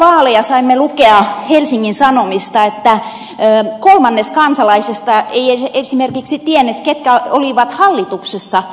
ennen vaaleja saimme lukea helsingin sanomista että kolmannes kansalaisista ei esimerkiksi tiennyt ketkä olivat hallituksessa